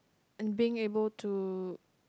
and being able to